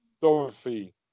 Dorothy